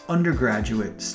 Undergraduate